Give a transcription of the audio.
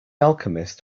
alchemist